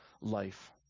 life